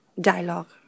dialogue